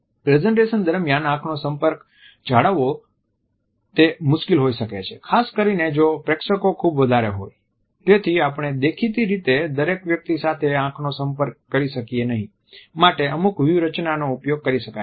presentation દરમિયાન આંખનો સંપર્ક જાળવવો તે મુશ્કેલ હોઈ શકે છે ખાસ કરીને જો પ્રેક્ષકો ખૂબ વધારે હોય તેથી આપણે દેખીતી રીતે દરેક વ્યક્તિ સાથે આંખનો સંપર્ક કરી શકીએ નહીં માટે અમુક વ્યૂહરચનાનો ઉપયોગ કરી શકાય છે